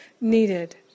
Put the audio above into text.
needed